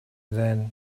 then